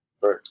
right